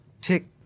tick